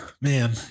Man